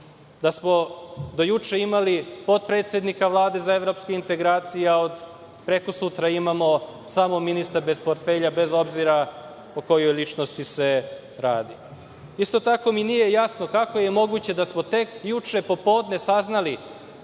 da smo do juče imali potpredsednika Vlade za evropske integracije, a od prekosutra imamo samo ministra bez portfelja, bez obzira o kojoj ličnosti se radi. Isto tako mi nije jasno kako je moguće da smo tek juče popodne saznali